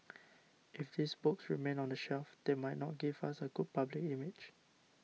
if these books remain on the shelf they might not give us a good public image